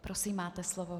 Prosím, máte slovo.